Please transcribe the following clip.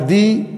עדי: